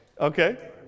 Okay